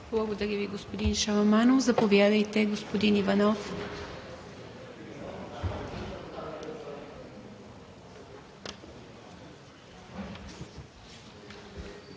Благодаря Ви, господин Шаламанов. Заповядайте, господин Иванов.